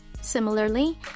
Similarly